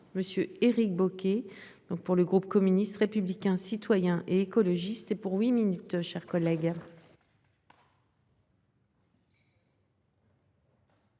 Merci